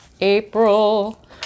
April